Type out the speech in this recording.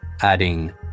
adding